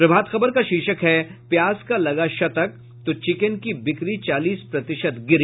प्रभात खबर का शीर्षक है प्याज का लगा शतक तो चिकेन की बिक्री चालीस प्रतिशत गिरी